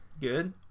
Good